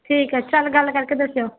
ਠੀਕ ਹੈ ਚੱਲ ਗੱਲ ਕਰਕੇ ਦੱਸਿਓ